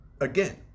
again